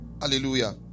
hallelujah